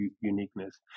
uniqueness